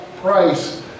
Price